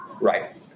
right